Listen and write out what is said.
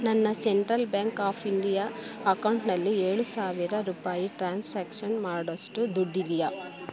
ನನ್ನ Central Bank of India ಅಕೌಂಟ್ನಲ್ಲಿ ಏಳು ಸಾವಿರ ರೂಪಾಯಿ ಟ್ರಾನ್ಸಾಕ್ಷನ್ ಮಾಡೋಷ್ಟು ದುಡ್ಡಿದೆಯಾ